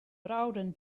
bouwden